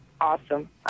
Awesome